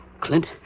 Clint